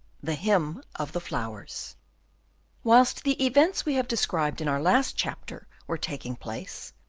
the hymn of the flowers whilst the events we have described in our last chapter were taking place,